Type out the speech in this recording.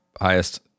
highest